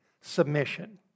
submission